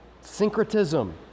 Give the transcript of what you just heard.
Syncretism